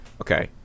okay